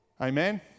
Amen